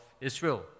Israel